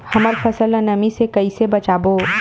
हमर फसल ल नमी से क ई से बचाबो?